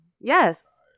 Yes